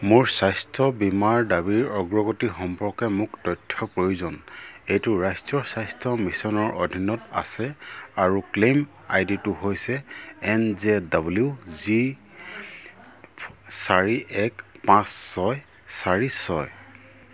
মোৰ স্বাস্থ্য বীমাৰ দাবীৰ অগ্ৰগতি সম্পৰ্কে মোক তথ্যৰ প্ৰয়োজন এইটো ৰাষ্ট্ৰীয় স্বাস্থ্য মিছনৰ অধীনত আছে আৰু ক্লেইম আই ডিটো হৈছে এন জে ডব্লিউ জি চাৰি এক পাঁচ ছয় চাৰি ছয়